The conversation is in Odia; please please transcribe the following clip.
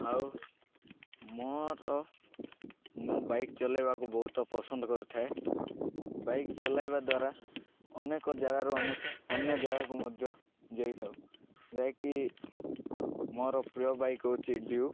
ଆଉ ମୋର ମୁଁ ବାଇକ୍ ଚଲାଇବାକୁ ବହୁତ ପସନ୍ଦ କରିଥାଏ ବାଇକ୍ ଚଲାଇବା ଦ୍ୱାରା ଅନେକ ଜାଗାରୁ ଅନ୍ୟ ଜାଗାକୁ ମଧ୍ୟ ଯାଇଥାଉ ଯାହାକି ମୋର ପ୍ରିୟ ବାଇକ୍ ହେଉଛି